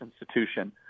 institution